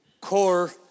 core